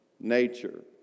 nature